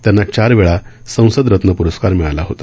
त्यांना चार वेळा संसदरत्न प्रस्कार मिळाला होता